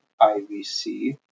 IVC